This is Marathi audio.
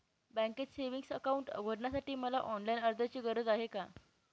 बँकेत सेविंग्स अकाउंट उघडण्यासाठी मला ऑनलाईन अर्जाची गरज आहे का?